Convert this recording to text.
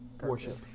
worship